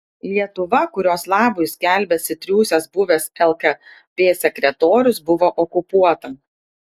lietuva kurios labui skelbiasi triūsęs buvęs lkp sekretorius buvo okupuota